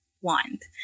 want